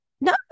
no